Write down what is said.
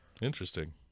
interesting